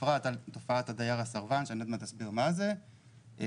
בפרט על תופעת הדייר הסרבן שאני אסביר מה זה ובאופן